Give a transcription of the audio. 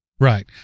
right